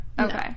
Okay